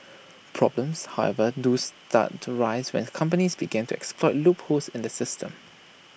problems however do start to rise when companies begin to exploit loopholes in the system